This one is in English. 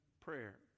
prayer